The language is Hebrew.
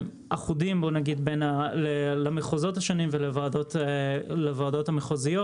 אחודים למחוזות השונים ולוועדות המחוזיות.